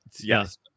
yes